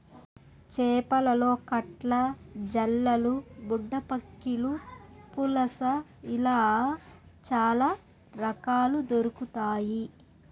చేపలలో కట్ల, జల్లలు, బుడ్డపక్కిలు, పులస ఇలా చాల రకాలు దొరకుతాయి